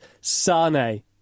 Sane